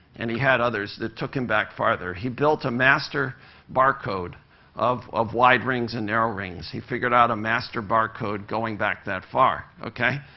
and he had others that took him back farther. he built a master barcode of of wide rings and narrow rings. he figured out a master barcode going back that far, okay?